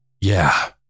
Yeah